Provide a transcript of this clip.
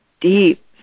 deep